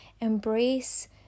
Embrace